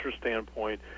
standpoint